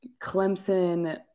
Clemson